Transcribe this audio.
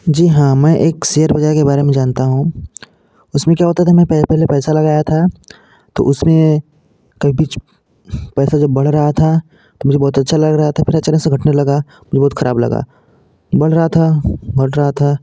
जी हाँ मैं एक शेयर बाजार के बारे में जानता हूँ उसमें क्या होता था मैं पहले पहले पैसा लगाया था तो उसमें कभी पैसा जब बढ़ रहा था तो मुझे बहुत अच्छा लग रहा था फिर अचानक से घटने लगा बहुत खराब लगा बढ़ रहा था बढ़ रहा था